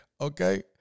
Okay